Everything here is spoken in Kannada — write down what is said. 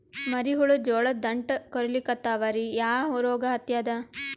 ಮರಿ ಹುಳ ಜೋಳದ ದಂಟ ಕೊರಿಲಿಕತ್ತಾವ ರೀ ಯಾ ರೋಗ ಹತ್ಯಾದ?